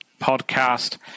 podcast